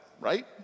right